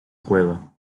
cueva